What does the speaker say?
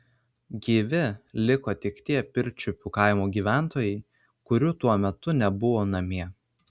gyvi liko tik tie pirčiupių kaimo gyventojai kurių tuo metu nebuvo namie